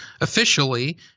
officially